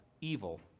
evil